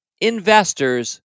investors